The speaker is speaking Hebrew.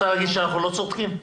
את רוצה להגיד שאנחנו לא צודקים?